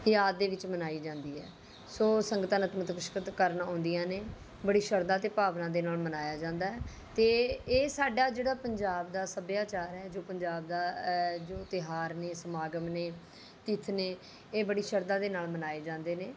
ਯਾਦ ਦੇ ਵਿੱਚ ਮਨਾਈ ਜਾਂਦੀ ਹੈ ਸੋ ਸੰਗਤਾਂ ਨਤਮਸਤਕ ਕਰਨ ਆਉਂਦੀਆਂ ਨੇ ਬੜੀ ਸ਼ਰਧਾ ਅਤੇ ਭਾਵਨਾ ਦੇ ਨਾਲ ਮਨਾਇਆ ਜਾਂਦਾ ਹੈ ਅਤੇ ਇਹ ਸਾਡਾ ਜਿਹੜਾ ਪੰਜਾਬ ਦਾ ਸੱਭਿਆਚਾਰ ਹੈ ਜੋ ਪੰਜਾਬ ਦਾ ਜੋ ਤਿਉਹਾਰ ਨੇ ਸਮਾਗਮ ਨੇ ਤਿੱਥ ਨੇ ਇਹ ਬੜੀ ਸ਼ਰਧਾ ਦੇ ਨਾਲ ਮਨਾਏ ਜਾਂਦੇ ਨੇ